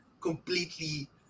completely